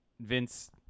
Vince